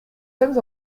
sommes